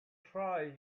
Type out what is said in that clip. try